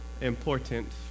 important